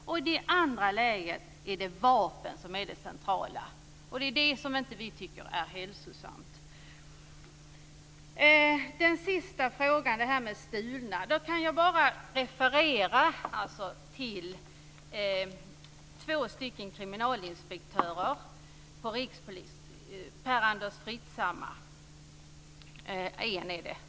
Och i det andra lägret är det vapnen som är det centrala, och det är det som vi inte tycker är hälsosamt. Den sista frågan handlade om stulna vapen. Jag kan då bara referera till en kriminalinspektör på Rikspolisstyrelsen, nämligen Per-Anders Fritshammar.